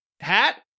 Hat